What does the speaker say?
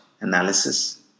analysis